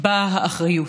באה האחריות.